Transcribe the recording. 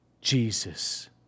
Jesus